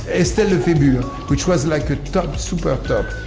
estelle lefebure which was like a top, super top